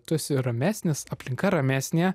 tu esi ramesnis aplinka ramesnė